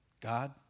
God